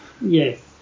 Yes